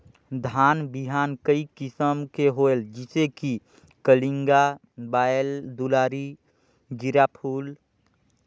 धान बिहान कई किसम के होयल जिसे कि कलिंगा, बाएल दुलारी, जीराफुल?